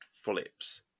flips